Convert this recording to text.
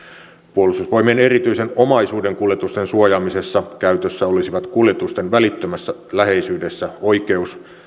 puolustusvoimien erityisen omaisuuden kuljetusten suojaamisessa käytössä olisivat kuljetusten välittömässä läheisyydessä ensinnäkin oikeus